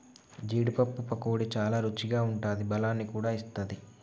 జీడీ పప్పు పకోడీ చాల రుచిగా ఉంటాది బలాన్ని కూడా ఇస్తది